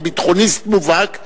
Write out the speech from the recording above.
כביטחוניסט מובהק,